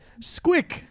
Squick